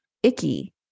Icky